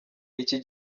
iki